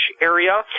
area